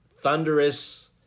thunderous